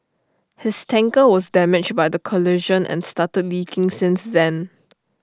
his tanker was damaged by the collision and started leaking since then